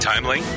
Timely